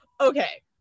Okay